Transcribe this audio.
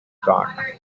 doc